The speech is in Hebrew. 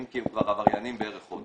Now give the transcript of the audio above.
אם כי הם עבריינים כבר בערך חודש,